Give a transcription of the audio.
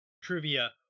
Trivia